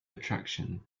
attraction